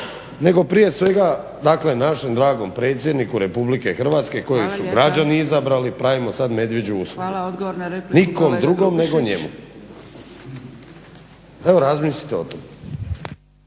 nego prije svega, dakle našem dragom Predsjedniku Republike Hrvatske kojeg su građani izabrali pravimo sad medvjeđu uslugu. Nikom drugom nego njemu. **Zgrebec,